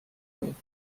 کنید